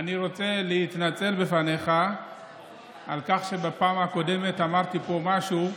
אני רוצה להתנצל בפניך על כך שבפעם הקודמת אמרתי פה משהו,